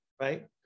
right